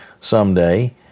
someday